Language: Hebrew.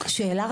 רק שאלה.